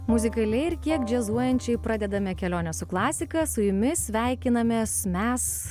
muzikaliai ir kiek džiazuojančiai pradedame kelionę su klasika su jumis sveikinamės mes